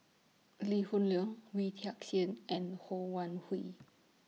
Lee Hoon Leong Wee Tian Siak and Ho Wan Hui